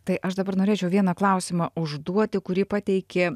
tai aš dabar norėčiau vieną klausimą užduoti kurį pateikė